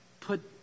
put